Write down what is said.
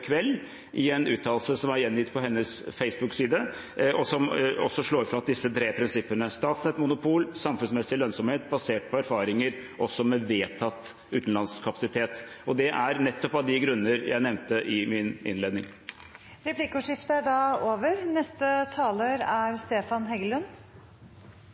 kveld, i en uttalelse som var gjengitt på hennes Facebook-side, og som også slår fast disse tre prinsippene: Statnetts monopol, samfunnsmessig lønnsomhet, også basert på erfaringer med vedtatt utenlandskapasitet – nettopp av de grunner jeg nevnte i min innledning. Replikkordskiftet er omme. Dette er en debatt som har engasjert og provosert mange. Sånn er